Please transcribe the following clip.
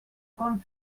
com